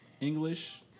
English